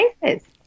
places